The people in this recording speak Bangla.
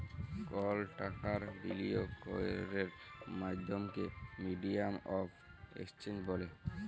কল টাকার বিলিয়গ ক্যরের মাধ্যমকে মিডিয়াম অফ এক্সচেঞ্জ ব্যলে